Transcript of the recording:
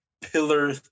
pillar